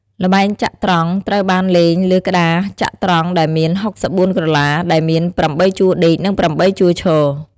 ល្បែងចត្រង្គត្រូវបានលេងលើក្ដារចត្រង្គដែលមាន ៦៤ក្រឡា ដែលមាន ៨ជួរដេក និង ៨ជួរឈរ។